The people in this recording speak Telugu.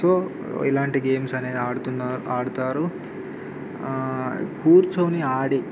సో ఇలాంటి గేమ్స్ అనేది ఆడుతున్నా ఆడతారు కూర్చొని ఆడి